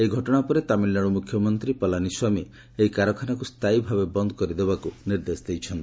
ଏହି ଘଟଣା ପରେ ତାମିଲନାଡୁ ମୁଖ୍ୟମନ୍ତ୍ରୀ ପଲାନୀ ସ୍ୱାମୀ ଏହି କାରଖାନାକୁ ସ୍ଥାୟୀ ଭାବେ ବନ୍ଦ କରିଦେବାକୁ ନିର୍ଦ୍ଦେଶ ଦେଇଛନ୍ତି